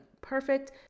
perfect